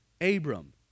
Abram